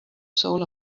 soul